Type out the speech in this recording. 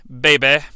baby